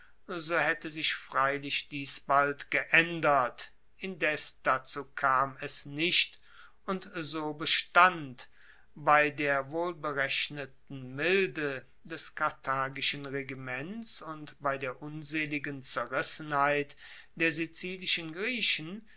so haette sich freilich dies bald geaendert indes dazu kam es nicht und so bestand bei der wohlberechneten milde des karthagischen regiments und bei der unseligen zerrissenheit der sizilischen griechen